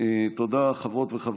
אין